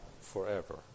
forever